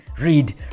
Read